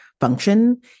function